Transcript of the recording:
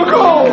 go